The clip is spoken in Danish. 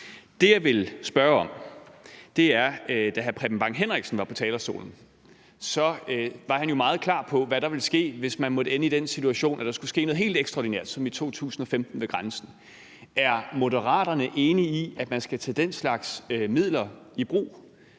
Det, jeg vil spørge om, vedrører, at da hr. Preben Bang Henriksen var på talerstolen, var han jo meget klar om, hvad der ville ske, hvis man måtte ende i den situation, at der skulle ske noget helt ekstraordinært som i 2015 ved grænsen. Er Moderaterne enige i, at man skal tage den slags midler i brug,